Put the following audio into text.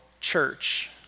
church